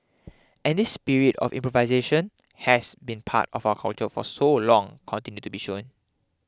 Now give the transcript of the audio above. and this spirit of improvisation has been part of our culture for so long continue to be shown